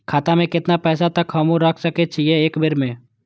खाता में केतना पैसा तक हमू रख सकी छी एक बेर में?